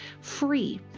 free